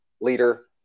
leader